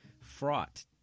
fraught